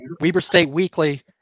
weberstateweekly